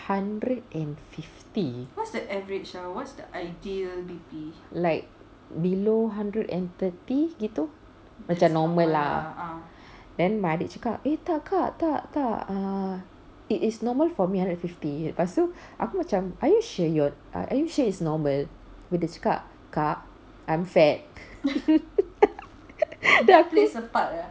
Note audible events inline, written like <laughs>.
hundred and fifty like below hundred and thirty gitu macam normal lah then my adik cakap eh tak kak tak tak err it is normal for me hundred and fifty lepas tu aku macam are you sure your are you sure it's normal abeh dia cakap kak I'm fat <laughs> then aku